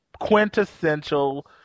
quintessential